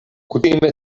kutime